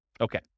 Okay